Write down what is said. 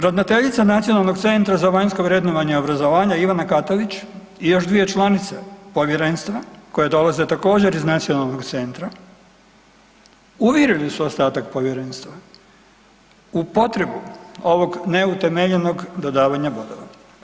Ravnateljica Nacionalnog centra za vanjsko vrednovanje obrazovanja Ivana Katavić i još dvije članice povjerenstva koje dolaze također iz nacionalnog centra, uvjerili su ostatak povjerenstva u potrebu ovog neutemeljenog dodavanja bodova.